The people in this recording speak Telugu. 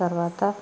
తరవాత